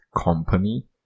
company